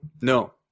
No